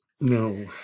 No